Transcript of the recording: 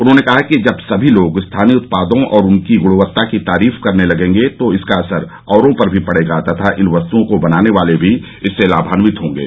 उन्होंने कहा कि जब सभी लोग स्थानीय उत्पादों और उनकी गुणवत्ता की तारीफ करने लगेंगे तो इसका असर औरों पर भी पड़ेगा तथा इन वस्तुओं को बनाने वाले भी इससे लामान्वित होंगे